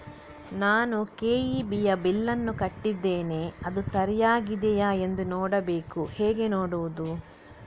ನಾನು ಕೆ.ಇ.ಬಿ ಯ ಬಿಲ್ಲನ್ನು ಕಟ್ಟಿದ್ದೇನೆ, ಅದು ಸರಿಯಾಗಿದೆಯಾ ಎಂದು ನೋಡಬೇಕು ಹೇಗೆ ನೋಡುವುದು?